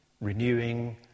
renewing